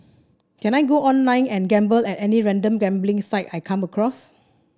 can I go online and gamble at any random gambling site I come across